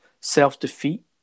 self-defeat